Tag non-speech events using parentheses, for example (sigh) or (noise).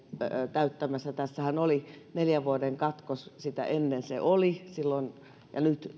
täyttämässä tässähän oli neljän vuoden katkos sitä ennen se oli ja nyt (unintelligible)